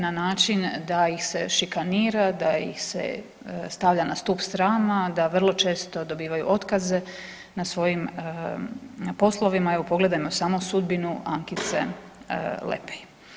Na način da ih se šikanira, da ih se stavlja na stup srama, da vrlo često dobivaju otkaze na svojim poslovima, evo, pogledajmo samo sudbinu Ankice Lepej.